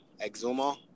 Exuma